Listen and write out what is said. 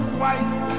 white